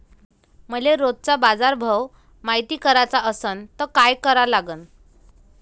मले रोजचा बाजारभव मायती कराचा असन त काय करा लागन?